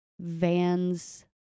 vans